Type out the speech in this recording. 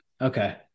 Okay